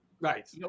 Right